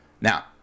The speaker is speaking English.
Now